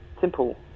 simple